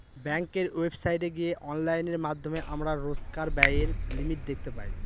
ব্যাঙ্কের ওয়েবসাইটে গিয়ে অনলাইনের মাধ্যমে আমরা রোজকার ব্যায়ের লিমিট দেখতে পাই